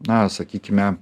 na sakykime